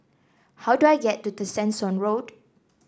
how do I get to Tessensohn Road